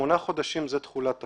ששמונה חודשים הם תחולת החוק,